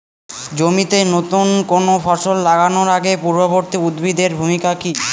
জমিতে নুতন কোনো ফসল লাগানোর আগে পূর্ববর্তী উদ্ভিদ এর ভূমিকা কি?